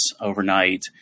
overnight